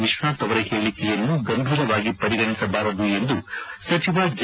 ವಿಶ್ವನಾಥ್ ಅವರ ಹೇಳಕೆಯನ್ನು ಗಂಭೀರವಾಗಿ ಪರಿಗಣಿಸಬಾರದು ಎಂದು ಸಚಿವ ಜಿ